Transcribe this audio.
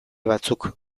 batzuk